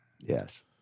Yes